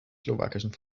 slowakischen